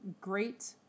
great